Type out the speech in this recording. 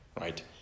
right